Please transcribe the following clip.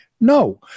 No